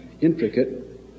intricate